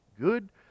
good